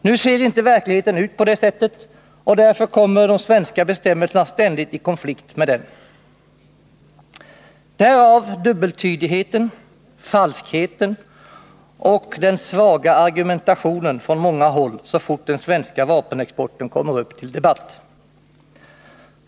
Nu ser inte verkligheten ut på det sättet, och därför kommer de svenska bestämmelserna ständigt i konflikt med den — därav dubbeltydigheten, falskheten och den svaga argumentationen från många håll, så fort den svenska vapenexporten kommer upp till debatt.